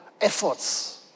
efforts